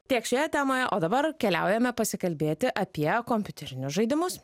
tiek šioje temoje o dabar keliaujame pasikalbėti apie kompiuterinius žaidimus